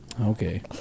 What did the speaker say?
Okay